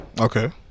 Okay